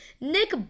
Nick